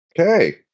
Okay